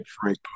Frank